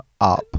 up